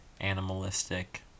animalistic